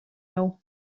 nhw